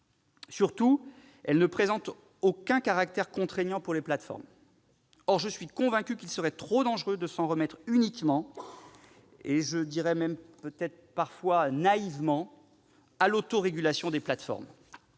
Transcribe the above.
Surtout, elles ne présentent aucun caractère contraignant pour les plateformes. Or je suis convaincu qu'il serait trop dangereux de s'en remettre uniquement- et même naïvement -, à l'autorégulation des plateformes.